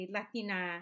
Latina